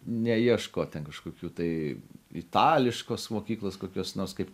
neieško ten kažkokių tai itališkos mokyklos kokios nors kaip